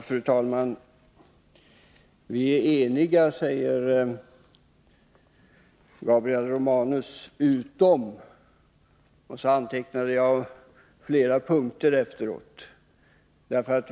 Fru talman! Vi är eniga, säger Gabriel Romanus, på de och de punkterna — jag antecknade flera punkter som han räknade upp.